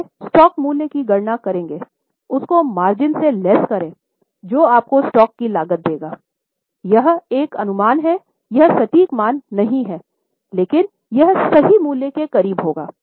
तोवे stock मूल्य की गणना करेंगे उसको मार्जिन से लेस करें जो आपको स्टॉक की लागत देगा यह एक अनुमान है यह सटीक मान नहीं है लेकिन यह सही मूल्य के करीब होगा